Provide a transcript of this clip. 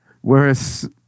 whereas